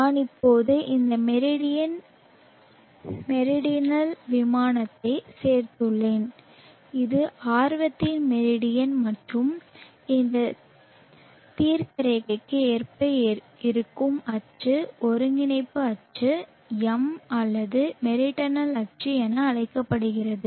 நான் இப்போது இந்த மெரிடியன் மெரிடனல் விமானத்தை சேர்த்துள்ளேன் இது ஆர்வத்தின் மெரிடியன் மற்றும் இந்த தீர்க்கரேகைக்கு ஏற்ப இருக்கும் அச்சு ஒருங்கிணைப்பு அச்சு M அல்லது மெரிடனல் அச்சு என அழைக்கப்படுகிறது